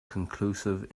conclusive